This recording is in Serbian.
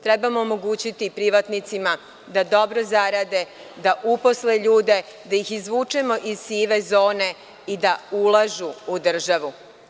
Treba da omogućimo i privatnicima da dobro zarade, da uposle ljude, da ih izvučemo ih sive zone i da ulažu u državu.